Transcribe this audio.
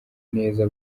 neza